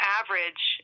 average